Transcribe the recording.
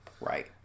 Right